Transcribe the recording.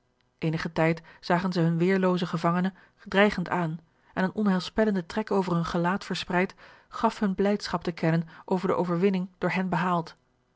eenigen tijd zagen zij hun weerloozen gevangene dreigend aan en een onheilspellende trek over hun gelaat verspreid gaf hunne blijdschap te kennen over de overwinning door hen behaald